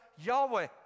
Yahweh